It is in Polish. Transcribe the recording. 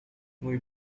mój